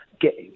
get